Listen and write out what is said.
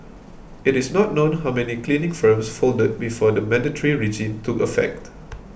it is not known how many cleaning firms folded before the mandatory regime took effect